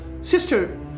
sister